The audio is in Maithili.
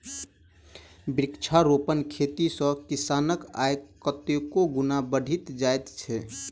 वृक्षारोपण खेती सॅ किसानक आय कतेको गुणा बढ़ि जाइत छै